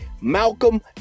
Malcolm